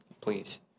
please